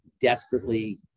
desperately